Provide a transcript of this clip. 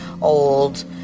old